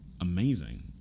amazing